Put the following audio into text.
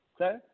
okay